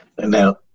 Now